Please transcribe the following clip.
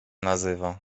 nazywa